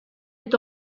est